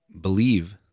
believe